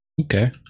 Okay